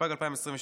התשפ"ג 2022,